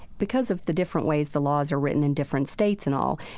because of the different ways the laws are written in different states and all,